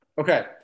okay